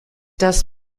das